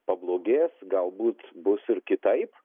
pablogės galbūt bus ir kitaip